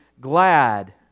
glad